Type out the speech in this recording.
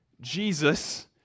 Jesus